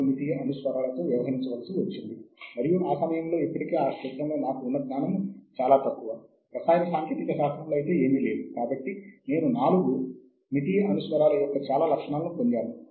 ISBN సంఖ్య లేని పుస్తకం ఏదైనా కొంతకాలం తర్వాత కనుగొనబడదు